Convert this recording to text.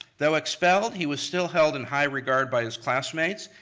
though expelled, he was still held in high regard by his classmates.